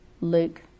luke